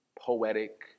poetic